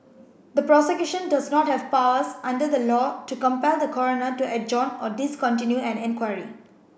the Prosecution does not have powers under the law to compel the Coroner to adjourn or discontinue an inquiry